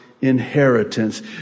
inheritance